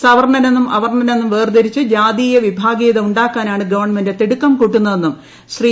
സവർണ്ണനെന്നും അവർണ്ണനെന്നും വേർതിരിച്ച് ജാതീയ വിഭാഗീയത ഉണ്ടാക്കാനാണ് ഗവൺമെന്റ് തിടുക്കം കൂട്ടുന്നതെന്നും ശ്രീ